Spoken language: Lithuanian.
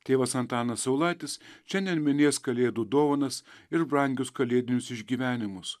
tėvas antanas saulaitis šiandien minės kalėdų dovanas ir brangius kalėdinius išgyvenimus